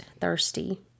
thirsty